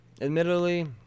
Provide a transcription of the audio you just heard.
admittedly